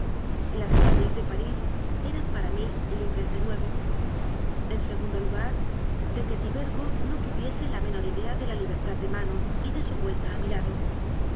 las calles de parís eran para mí libres de nuevo en segundo lugar de que tibergo no tuviese la menor idea de la libertad de manon y de su vuelta a mi lado